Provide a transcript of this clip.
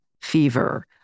fever